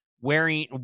wearing